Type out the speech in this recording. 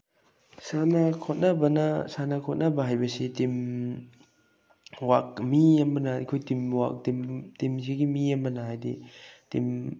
ꯁꯥꯟꯅ ꯈꯣꯠꯅꯕꯅ ꯁꯥꯟꯅ ꯈꯣꯠꯅꯕ ꯍꯥꯏꯕꯁꯤ ꯇꯤꯝ ꯋꯥꯛ ꯃꯤ ꯑꯃꯅ ꯑꯩꯈꯣꯏ ꯇꯤꯝ ꯋꯥꯛ ꯇꯤꯝ ꯇꯤꯝꯁꯤꯒꯤ ꯃꯤ ꯑꯃꯅ ꯍꯥꯏꯗꯤ ꯇꯤꯝ